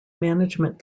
management